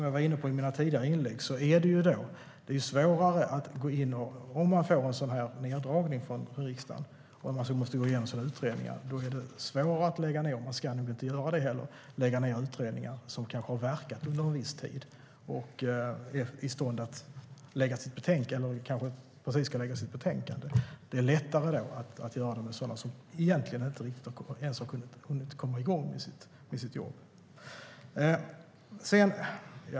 Jag var i mina tidigare inlägg inne på att om man får en neddragning från riksdagen och måste gå igenom sina utredningar är det svårare att lägga ned utredningar som kanske har verkat under en viss tid, och man ska nog heller inte göra det. De kanske är i stånd att lägga fram sitt betänkande, eller kanske precis ska lägga fram sitt betänkande. Det är lättare att göra det med sådana som egentligen inte ens har hunnit komma igång med sitt jobb.